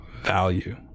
value